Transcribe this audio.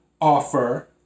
offer